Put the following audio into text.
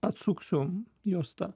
atsuksiu juostą